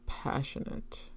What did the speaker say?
passionate